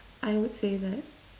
I would say that